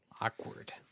awkward